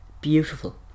beautiful